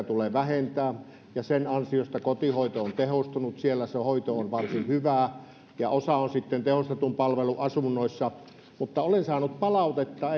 tulee vähentää sen ansiosta kotihoito on tehostunut siellä se hoito on varsin hyvää ja osa on sitten tehostetun palvelun asunnoissa mutta olen saanut palautetta